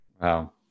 Wow